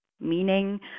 meaning